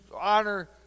honor